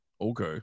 Okay